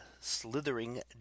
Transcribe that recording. slithering